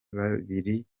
babiri